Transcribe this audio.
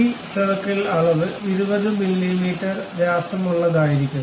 ഈ സർക്കിൾ അളവ് 20 മില്ലീമീറ്റർ വ്യാസമുള്ളതായിരിക്കണം